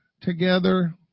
together